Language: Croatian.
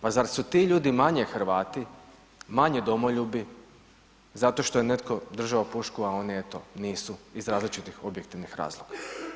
Pa zar su ti ljudi manje Hrvati, manje domoljubi zato što je netko držao pušku, a oni eto nisu iz različitih objektivnih razloga?